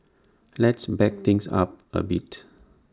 let's back things up A bit